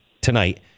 tonight